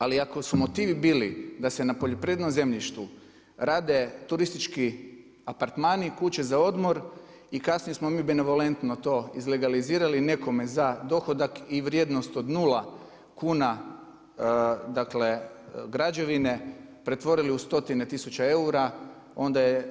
Ali ako su motivi bili da se na poljoprivrednom zemljištu rade turistički apartmani, kuće za odmor i kasnije smo mi benevolentno to izlegalizirali nekome za dohodak i vrijednost od nula kuna, dakle građevine pretvorili u stotine tisuća eura